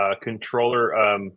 controller –